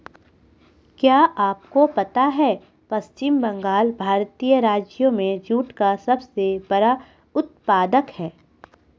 क्या आपको पता है पश्चिम बंगाल भारतीय राज्यों में जूट का सबसे बड़ा उत्पादक है?